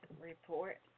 report